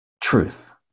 truth